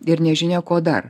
ir nežinia ko dar